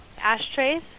Ashtrays